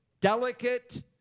delicate